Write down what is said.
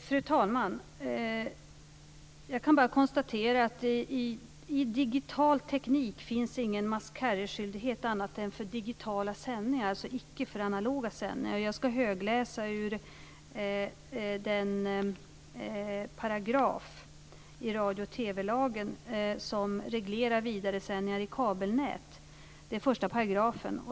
Fru talman! Jag kan bara konstatera att det i digital teknik inte finns någon must carry-skyldighet annat än för digitala sändningar, icke för analoga sändningar. Jag ska högläsa ur första paragrafen i radio och TV-lagen som reglerar vidaresändningar i kabelnät.